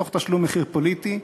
תוך תשלום מחיר פוליטי,